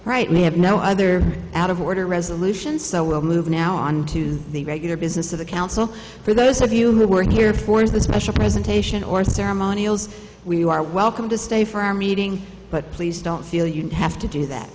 we have no other out of order resolutions so we'll move now on to the regular business of the council for those of you who work here for the special presentation or ceremonials when you are welcome to stay for our meeting but please don't feel you have to do that